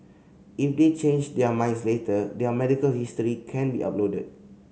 if they change their minds later their medical history can be uploaded